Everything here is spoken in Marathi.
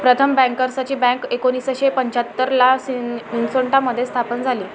प्रथम बँकर्सची बँक एकोणीसशे पंच्याहत्तर ला मिन्सोटा मध्ये स्थापन झाली